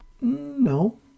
No